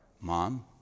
mom